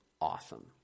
awesome